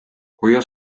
hoia